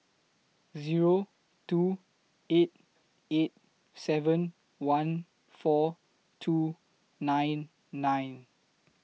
Zero two eight eight seven one four two nine nine